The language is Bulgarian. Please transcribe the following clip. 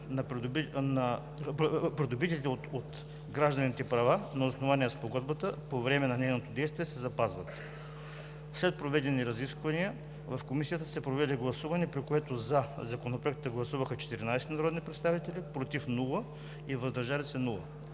придобитите от гражданите права на основание на Спогодбата по време на нейното действие се запазват. След проведените разисквания Комисията проведе гласуване, при което „за“ Законопроекта гласуваха 14 народни представители, без „против“ и „въздържал се“.